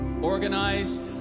organized